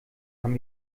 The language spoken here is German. haben